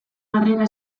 harrera